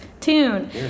tune